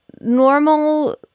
normal